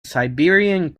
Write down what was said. siberian